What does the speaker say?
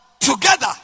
Together